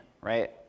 right